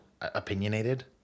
opinionated